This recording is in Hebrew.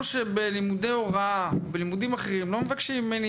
בלימודי הוראה ובלימודי אחרים לא מבקשים ממני